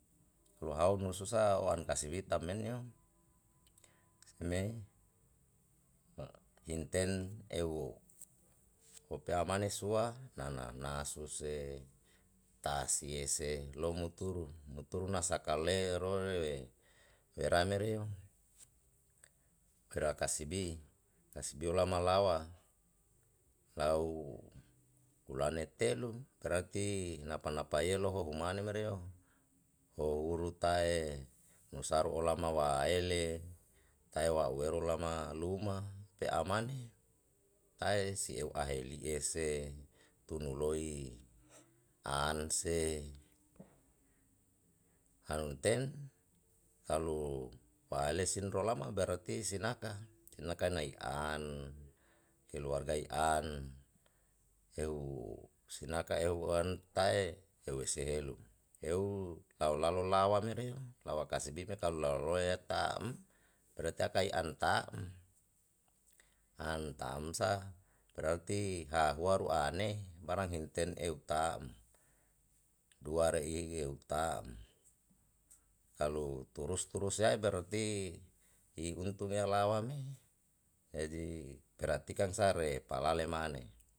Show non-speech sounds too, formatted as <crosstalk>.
Rua hao nusu sa wan kasibi tam meniio, me <hesitation> inten ehu opea mane sua nana nasu se ta sie se lou muturu, muturu na sakale rore wera mereo wera kasibi kasibi olama lawa lau hulane telu berati napa napa ye lohohu mane mereo hohuru tae nusaru olama wa aele tae wa <hesitation> eru lama luma pe'a mane tae si eu ahe li'e se tunu loi an se anten kalu waele sinro lama berati sinaka sinaka, <hesitation> keluarga i an ehu sinaka ehu an tae ehu ese helu, ehu lalo lalo lawa mereo lawa kasibi me kalo lawa lole ya ta'm berati akae i an ta'm an ta'm sa berati hahua ru ane barang he'u ten eu ta'm dua rei reu ta'm kalu turus turus yae berati i untung yau lawa me jadi perhatikan sa re palale mane.